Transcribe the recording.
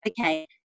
okay